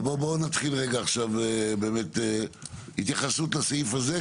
בואו נתחיל רגע עכשיו באמת התייחסויות לסעיף הזה.